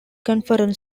conference